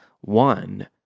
one